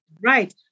Right